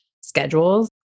schedules